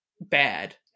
bad